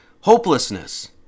hopelessness